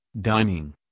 dining